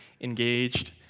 engaged